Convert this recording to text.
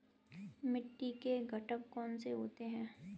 मिट्टी के घटक कौन से होते हैं?